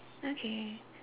okay